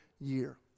year